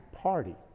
party